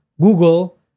Google